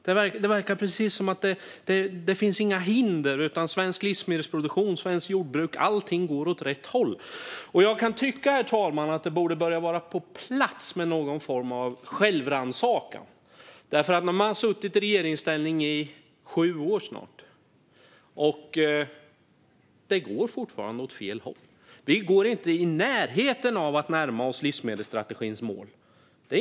Det verkar som att det inte finns några hinder, utan svensk livsmedelsproduktion och svenskt jordbruk - allting - går åt rätt håll. Herr talman! Jag kan tycka att någon form av självrannsakan vore på sin plats. Man har suttit i regeringsställning i snart sju år, och det går fortfarande åt fel håll. Vi är inte i närheten av att närma oss livsmedelsstrategins mål.